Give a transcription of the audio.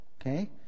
Okay